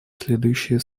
следующие